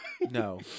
No